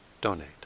donate